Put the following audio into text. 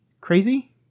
crazy